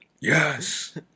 Yes